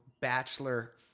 Bachelor